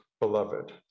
beloved